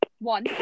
one